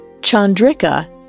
Chandrika